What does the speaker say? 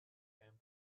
earlier